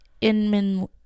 Inman